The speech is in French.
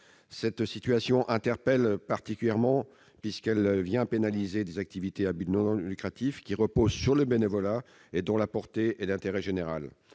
Cette situation interpelle particulièrement, puisqu'elle vient pénaliser des activités à but non lucratif, qui reposent sur le bénévolat et dont la portée est d'intérêt général.